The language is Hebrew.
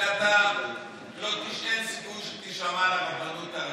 שאין סיכוי שתישמע לרבנות הראשית.